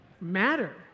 matter